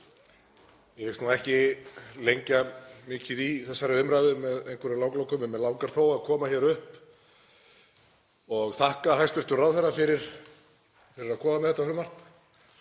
Ég hyggst nú ekki lengja mikið í þessari umræðu með einhverjum langlokum. Mig langar þó að koma hingað upp og þakka hæstv. ráðherra fyrir að koma með þetta frumvarp.